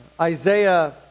Isaiah